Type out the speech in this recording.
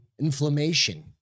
inflammation